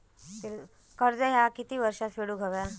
कर्ज ह्या किती वर्षात फेडून हव्या?